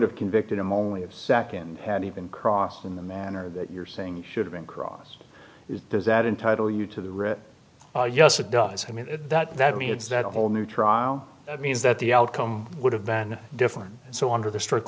have convicted him only of second hand even crossed in the manner that you're saying should have been crossed is does that entitle you to the writ oh yes it does i mean that i mean it's that whole new trial that means that the outcome would have been different so under the stric